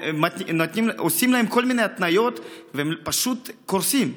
ועושים להם כל מיני התניות והם פשוט קורסים.